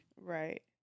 right